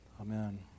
Amen